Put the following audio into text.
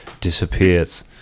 disappears